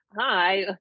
Hi